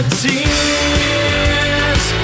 tears